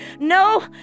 No